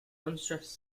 unstressed